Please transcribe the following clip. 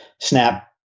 snap